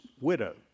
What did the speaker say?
widow